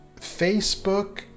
Facebook